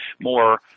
more